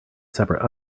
separate